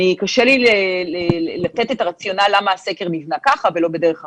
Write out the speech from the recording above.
קשה לי לתת את הרציונל למה הסקר נבנה כך ולא בדרך אחרת,